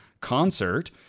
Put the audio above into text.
concert